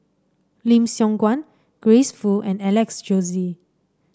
Lim Siong Guan Grace Fu and Alex Josey